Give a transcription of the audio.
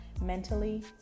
mentally